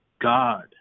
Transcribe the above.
god